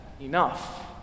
enough